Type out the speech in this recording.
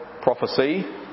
prophecy